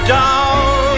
down